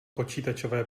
počítačové